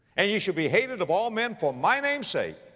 and ye shall be hated of all men for my name's sake.